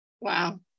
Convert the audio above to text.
Wow